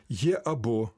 jie abu